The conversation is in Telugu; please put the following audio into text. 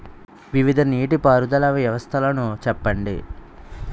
వివిధ నీటి పారుదల వ్యవస్థలను చెప్పండి?